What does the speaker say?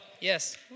yes